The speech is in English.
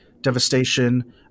devastation